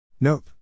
Nope